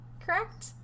Correct